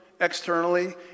externally